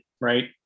right